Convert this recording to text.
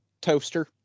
toaster